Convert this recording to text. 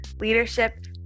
leadership